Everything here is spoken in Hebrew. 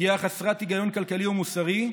פגיעה חסרת היגיון כלכלי ומוסרי,